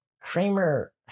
Kramer